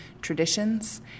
traditions